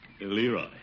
Leroy